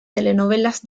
telenovelas